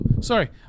sorry